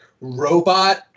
robot